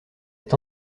est